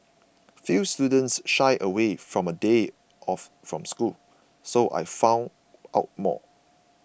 few students shy away from a day off from school so I found out more